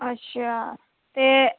अच्छा ते